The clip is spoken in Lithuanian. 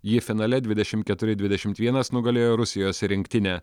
ji finale dvidešim keturi dvidešimt vienas nugalėjo rusijos rinktinę